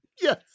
Yes